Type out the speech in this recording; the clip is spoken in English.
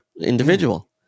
individual